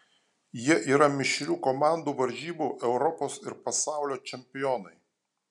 jie yra mišrių komandų varžybų europos ir pasaulio čempionai